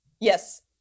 Yes